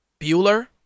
Bueller